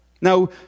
Now